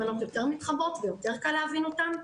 הבנות יותר מתחברות ויותר קל להבין אותם?